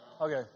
Okay